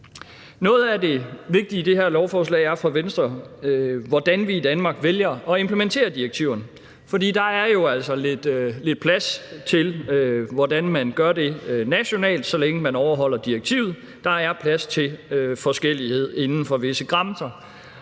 Noget af det vigtige i det her lovforslag er for Venstre, hvordan vi i Danmark vælger at implementere direktiverne, for der er jo altså lidt plads til at afgøre, hvordan man vil gøre det nationalt, så længe man overholder direktivet. Der er plads til forskellighed inden for visse grænser.